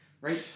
Right